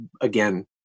again